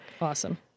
Awesome